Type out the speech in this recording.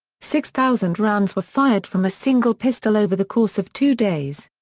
six thousand rounds were fired from a single pistol over the course of two days.